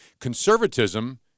Conservatism